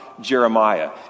Jeremiah